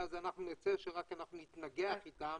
ואז אנחנו נצא שרק נתנגח איתן